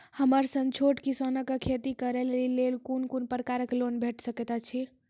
हमर सन छोट किसान कअ खेती करै लेली लेल कून कून प्रकारक लोन भेट सकैत अछि?